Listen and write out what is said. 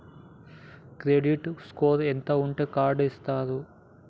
Credit score ఎంత ఉంటే card ఇస్తారు?